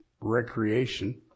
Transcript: recreation